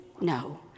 No